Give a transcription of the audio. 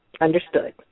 understood